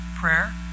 prayer